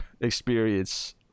experience